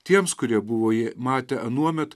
tiems kurie buvo jį matę anuomet